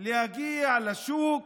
להגיע לשוק,